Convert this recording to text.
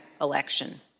election